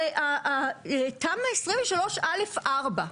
הרי תמ"א 23א4,